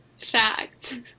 Fact